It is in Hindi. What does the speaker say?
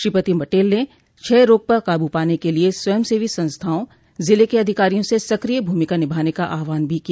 श्रीमती पटेल ने क्षय रोग पर काबू पाने के लिये स्वयंसेवी संस्थाओं जिले क अधिकारियों से सक्रिय भूमिका निभाने का आहवान भी किया